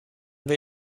will